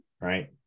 Right